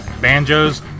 banjos